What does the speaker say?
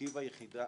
הפררוגטיבה לשלול,